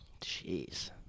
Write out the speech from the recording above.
Jeez